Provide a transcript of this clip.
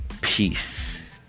peace